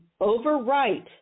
overwrite